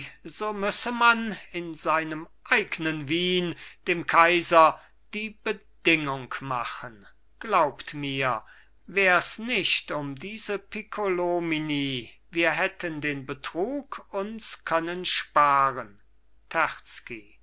so müsse man in seinem eignen wien dem kaiser die bedingung machen glaubt mir wärs nicht um diese piccolomini wir hätten den betrug uns können sparen